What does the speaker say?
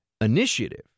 initiative